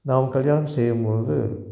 நாம் கல்யாணம் செய்யும்பொழுது